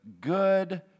good